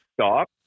stop